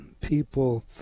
people